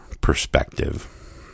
perspective